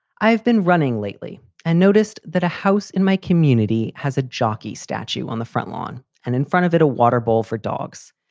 i've been running lately and noticed that a house in my community has a jockey statue on the front lawn and in front of it a water bowl for dogs.